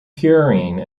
purine